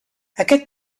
aquest